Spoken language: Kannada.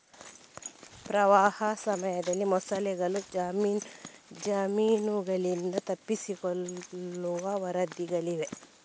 ಪ್ರವಾಹದ ಸಮಯದಲ್ಲಿ ಮೊಸಳೆಗಳು ಜಮೀನುಗಳಿಂದ ತಪ್ಪಿಸಿಕೊಳ್ಳುವ ವರದಿಗಳಿವೆ